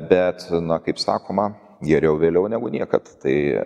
bet na kaip sakoma geriau vėliau negu niekad tai